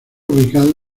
ubicado